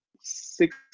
six